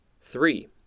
Three